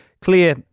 clear